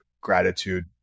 gratitude